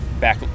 back